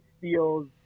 feels